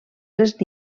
les